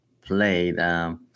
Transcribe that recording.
played